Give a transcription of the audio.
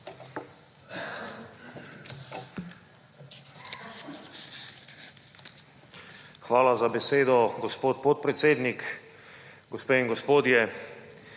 Hvala za besedo, gospod podpredsednik. Gospod minister,